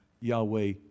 Yahweh